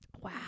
Wow